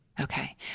Okay